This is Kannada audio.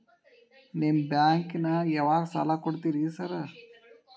ನಿಮ್ಮ ಬ್ಯಾಂಕಿನಾಗ ಯಾವ್ಯಾವ ಸಾಲ ಕೊಡ್ತೇರಿ ಸಾರ್?